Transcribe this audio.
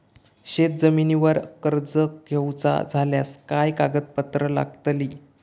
शेत जमिनीवर कर्ज घेऊचा झाल्यास काय कागदपत्र लागतली?